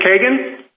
Kagan